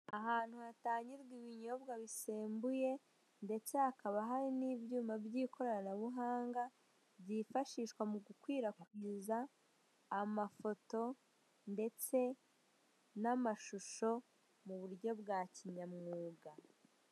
Ahantu hatangirwa ibinyobwa bisembuye ndetse hakaba hari n'ibyuma by'ikoranabuhanga byifashishwa mu gukwirakwiza amafoto ndetse n'amashusho mu buryo bwa kinyamwuga.